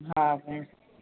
हा भेण